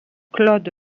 claude